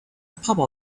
papa